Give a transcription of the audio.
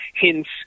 hints